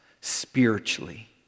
spiritually